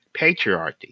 patriarchy